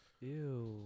Ew